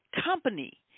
company